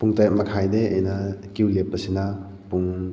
ꯄꯨꯡ ꯇꯔꯦꯠ ꯃꯈꯥꯏꯗꯩ ꯑꯩꯅ ꯀ꯭ꯌꯨ ꯂꯦꯞꯄꯁꯤꯅ ꯄꯨꯡ